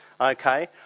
okay